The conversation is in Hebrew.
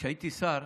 כשהייתי שר,